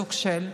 סוג-של.